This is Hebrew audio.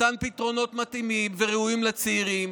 מתן פתרונות מתאימים וראויים לצעירים